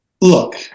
Look